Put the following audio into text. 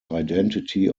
identity